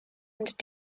and